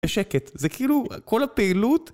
השקט, זה כאילו כל הפעילות...